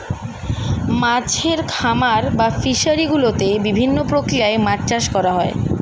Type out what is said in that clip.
মাছের খামার বা ফিশারি গুলোতে বিভিন্ন প্রক্রিয়ায় মাছ চাষ করা হয়